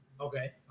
okay